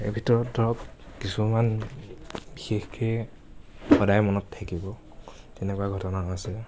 তাৰে ভিতৰত ধৰক কিছুমান বিশেষকৈ সদায় মনত থাকিব তেনেকুৱা ঘটনা হৈছে